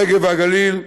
הנגב והגליל,